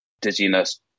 dizziness